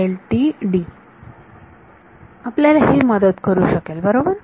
आपल्याला हे हे मदत करू शकेल बरोबर